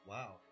Wow